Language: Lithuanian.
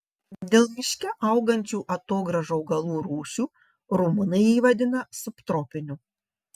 dėl miške augančių atogrąžų augalų rūšių rumunai jį vadina subtropiniu